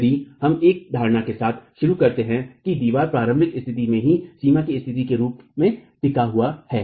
यदि हम एक धारणा के साथ शुरू करते हैं कि दीवार प्रारंभिक स्थिति में ही सीमा की स्थिति के रूप में टिका हुआ है